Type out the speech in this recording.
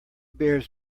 bears